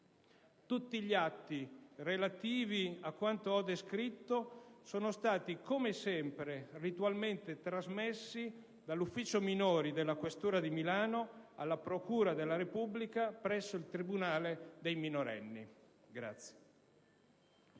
Tutti gli atti relativi a quanto ho descritto sono stati, come sempre, ritualmente trasmessi dall'ufficio minori della questura di Milano alla procura della Repubblica presso il tribunale per i minorenni.